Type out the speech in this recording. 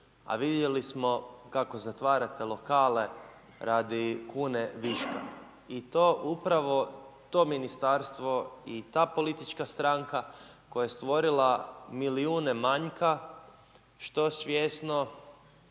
a vidjeli smo kako zatvarate lokale radi kune viške. I to upravo to Ministarstvo i ta politička stranka koja je stvorila milijune manjka, što svjesno,